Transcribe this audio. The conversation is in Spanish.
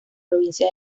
provincia